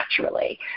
naturally